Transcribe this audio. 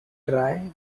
dry